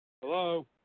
Hello